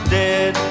dead